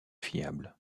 fiables